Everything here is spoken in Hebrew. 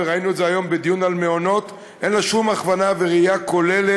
ראינו את זה היום בדיון על המעונות: אין לה שום הכוונה וראייה כוללת